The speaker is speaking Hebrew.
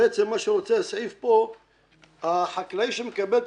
בעצם מה שהסעיף פה עושה הוא שהחקלאי שמקבל את